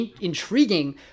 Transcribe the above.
intriguing